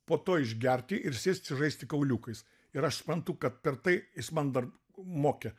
po to išgerti ir sėsti žaisti kauliukais ir aš suprantu kad per tai jis man dar mokė